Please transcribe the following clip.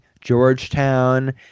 Georgetown